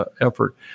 effort